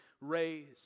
raised